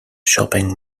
shopping